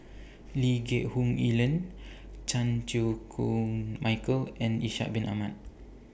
Lee Geck Hoon Ellen Chan Chew Koon Michael and Ishak Bin Ahmad